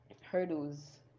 hurdles